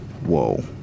whoa